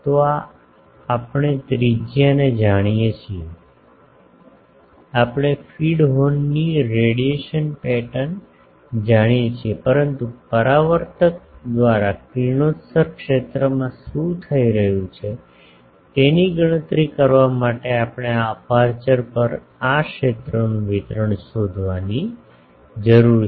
તો આ આપણે ત્રિજ્યાને જાણીએ છીએ આપણે ફીડ હોર્નની રેડિયેશન પેટર્ન જાણીએ છીએ પરંતુ પરાવર્તક દ્વારા કિરણોત્સર્ગ ક્ષેત્રમાં શું થઈ રહ્યું છે તેની ગણતરી કરવા માટે આપણે આ અપેર્ચર પર આ ક્ષેત્રનું વિતરણ શોધવાની જરૂર છે